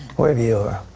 wherever you are,